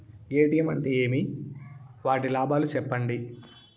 ATM అంటే ఏమి? వాటి లాభాలు సెప్పండి?